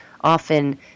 often